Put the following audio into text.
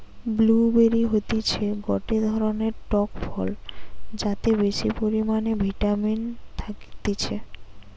blue বেরি হতিছে গটে ধরণের টক ফল যাতে বেশি পরিমানে ভিটামিন থাকতিছে